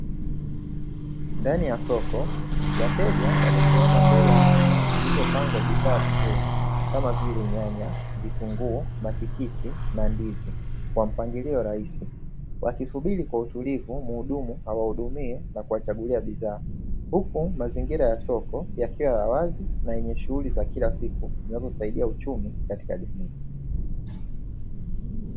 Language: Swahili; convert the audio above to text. Ndani ya soko wateja wamesimama mbele ya meza zilizo pangwa bidhaa vizuri kama nyanya, vitunguu matikiti na ndizi kwa mpangilio rahisi, wakisubiri kwa utulivu muhudumu awahudumie na kuwa chagulia bidhaa huku mazingira ya soko yakiwa ya wazi na shughuli za kila siku zinazo saidia uchumi katika jamii.